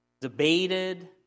debated